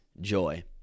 joy